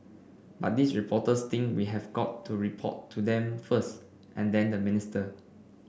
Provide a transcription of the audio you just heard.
but these reporters think we have got to report to them first and then the minister